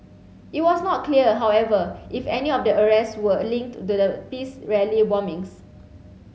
it was not clear however if any of the arrests were linked to the peace rally bombings